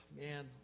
man